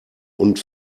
und